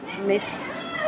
Miss